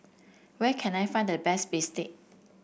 where can I find the best Bistake